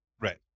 Right